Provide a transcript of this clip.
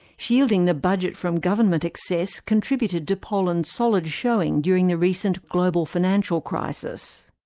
shielding the budget from government excess contributed to poland's solid showing during the recent global financial crisis.